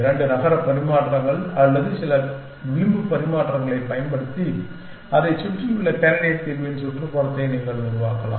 இரண்டு நகர பரிமாற்றங்கள் அல்லது சில விளிம்பு பரிமாற்றங்களைப் பயன்படுத்தி அதைச் சுற்றியுள்ள கேண்டிடேட் தீர்வின் சுற்றுப்புறத்தை நீங்கள் உருவாக்கலாம்